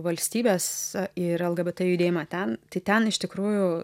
valstybes ir lgbt judėjimą ten tai ten iš tikrųjų